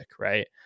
right